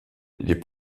les